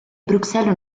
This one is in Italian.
bruxelles